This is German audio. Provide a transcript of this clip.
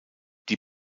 die